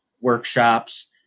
workshops